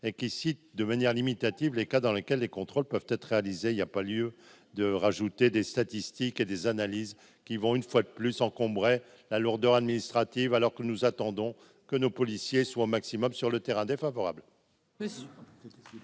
et qui cite de manière limitative les cas dans lesquels les contrôles peuvent être réalisés il y a pas lieu de rajouter des statistiques et des analyses qui vont une fois de plus encombrait la lourdeur administrative, alors que nous attendons que nos policiers soit maximum sur le terrain défavorable.